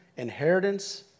inheritance